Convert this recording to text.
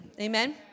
Amen